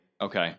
Okay